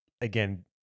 again